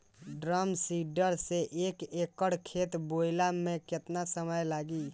Drum seeder से एक एकड़ खेत बोयले मै कितना समय लागी?